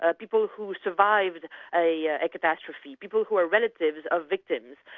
ah people who survived a yeah catastrophe, people who are relatives of victims.